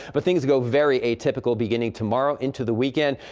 but things go very atypical beginning tomorrow into the weekend.